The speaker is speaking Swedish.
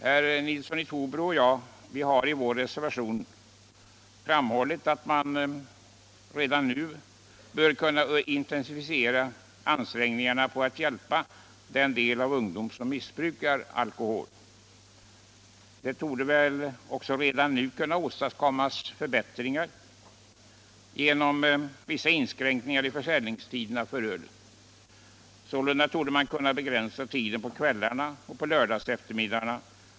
Herr Nilsson i Trobro och jag har i vår reservation framhållit att man redan nu bör kunna intensifiera ansträngningarna för att hjälpa den del av ungdomen som missbrukar alkohol. Det torde också redan nu kunna åstadkommas förbättringar genom vissa inskränkningar i försäljningstiderna för öl. Sålunda torde man kunna begränsa tiden på kvällar och lördagseftermiddagar.